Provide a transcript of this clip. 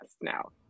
now